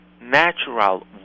natural